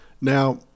Now